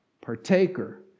partaker